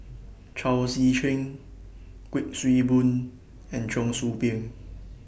Chao Tzee Cheng Kuik Swee Boon and Cheong Soo Pieng